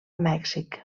mèxic